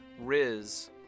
Riz